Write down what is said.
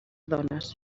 dones